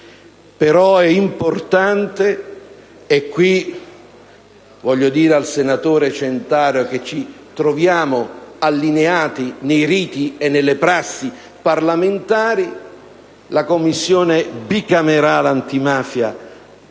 però importante - e voglio dirlo al senatore Centaro - che ci si trovi allineati nei riti e nelle prassi parlamentari. La Commissione bicamerale antimafia